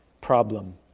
problem